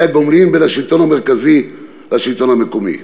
הגומלין בין השלטון המרכזי לשלטון המקומי.